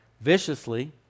viciously